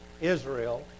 Israel